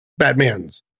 batmans